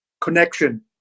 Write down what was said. connection